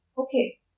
Okay